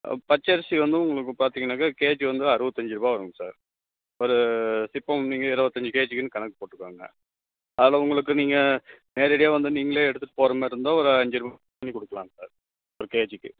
பச்சரிசி வந்து உங்களுக்கு பார்த்தீங்கனாக்க கேஜி வந்து அறுபத்தஞ்சிருவா வரும்ங்க சார் ஒரு சிப்பம் நீங்கள் இருபத்தஞ்சி கேஜிக்குன்னு கணக்கு போட்டுக்கங்க அதில் உங்களுக்கு நீங்கள் நேரடியாக வந்து நீங்களே எடுத்துட்டு போகிற மாதிரி இருந்தால் ஒரு அஞ்சுருவா பண்ணி கொடுக்கலாம் சார் ஒரு கேஜிக்கு